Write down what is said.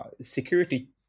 security